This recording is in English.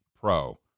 pro